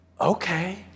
okay